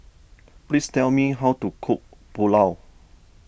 please tell me how to cook Pulao